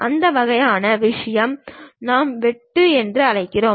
அந்த வகையான விஷயம் நாம் வெட்டு என்று அழைக்கிறோம்